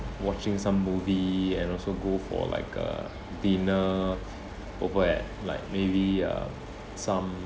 watching some movie and also go for like a dinner over at like maybe uh some